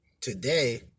today